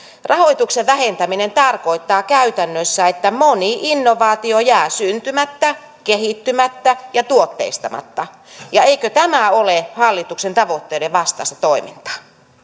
rahoituksen vähentäminen tarkoittaa käytännössä että moni innovaatio jää syntymättä kehittymättä ja tuotteistamatta ja eikö tämä ole hallituksen tavoitteiden vastaista toimintaa